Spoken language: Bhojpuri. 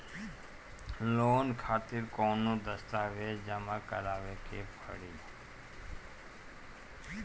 लोन खातिर कौनो दस्तावेज जमा करावे के पड़ी?